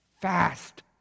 Fast